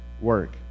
work